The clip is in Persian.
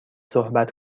صحبت